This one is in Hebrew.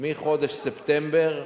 מחודש ספטמבר.